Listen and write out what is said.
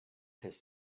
his